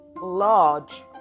large